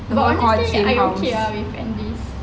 but only I okay ah